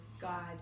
God